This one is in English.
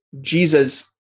Jesus